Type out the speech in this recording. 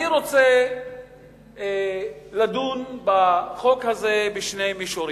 אני רוצה לדון בחוק הזה בשני מישורים,